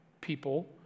people